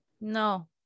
no